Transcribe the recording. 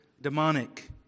demonic